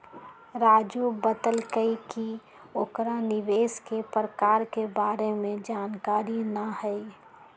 राजू बतलकई कि ओकरा निवेश के प्रकार के बारे में जानकारी न हई